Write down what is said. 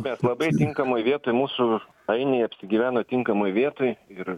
mes labai tinkamoj vietoj mūsų ainiai apsigyveno tinkamoj vietoj ir